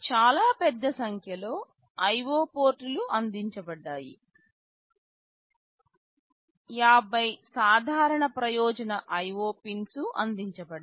చాలా పెద్ద సంఖ్యలో IO పోర్టులు అందించబడ్డాయి 50 సాధారణ ప్రయోజన IO పిన్స్ అందించబడ్డాయి